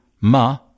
ma